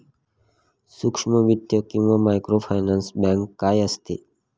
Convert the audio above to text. सूक्ष्म वित्त किंवा मायक्रोफायनान्स बँक काय असते?